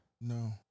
No